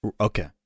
Okay